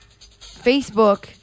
Facebook